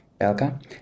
Belka